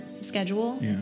schedule